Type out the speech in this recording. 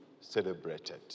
celebrated